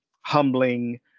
humbling